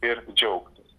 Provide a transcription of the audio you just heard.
ir džiaugtis